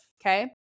okay